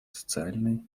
социальной